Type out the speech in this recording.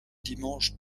dimanche